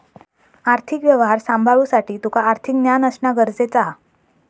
आर्थिक व्यवहार सांभाळुसाठी तुका आर्थिक ज्ञान असणा गरजेचा हा